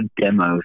demos